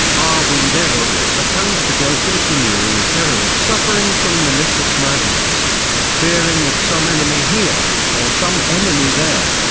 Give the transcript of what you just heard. are we then on this account to go continually in terror of suffering from malicious magnetism, fearing that some enemy here, or some enemy there,